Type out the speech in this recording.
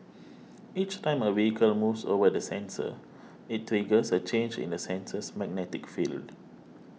each time a vehicle moves over the sensor it triggers a change in the sensor's magnetic field